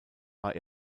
war